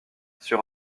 sur